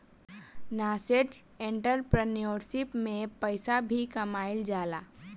nascent entrepreneurship में पइसा भी कामयिल जाला